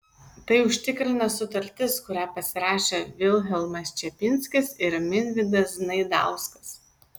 tai užtikrina sutartis kurią pasirašė vilhelmas čepinskis ir minvydas znaidauskas